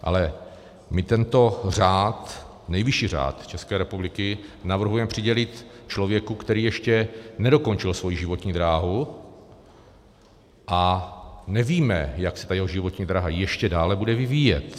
Ale my tento řád, nejvyšší řád České republiky, navrhujeme přidělit člověku, který ještě nedokončil svoji životní dráhu, a nevíme, jak se jeho životní dráha ještě dále bude vyvíjet.